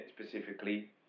specifically